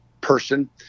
person